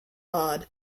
odd